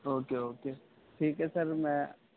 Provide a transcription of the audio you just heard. okay okay ٹھیک ہے sir میں